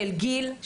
של גיל,